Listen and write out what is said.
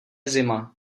zima